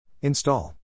Install